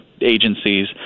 agencies